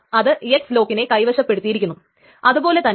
ഇത് Ti Tj യെക്കാൾ മുൻപ് കമ്മിറ്റ് ആകില്ല എന്ന് ഉറപ്പു വരുത്തുന്നു